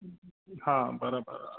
हा बराबरि आहे